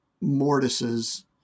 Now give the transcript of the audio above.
mortises